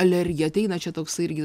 alergija ateina čia toksai irgi